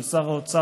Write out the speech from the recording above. של שר האוצר,